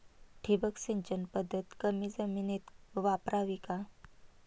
ठिबक सिंचन पद्धत कमी जमिनीत वापरावी का?